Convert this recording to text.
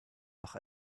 doch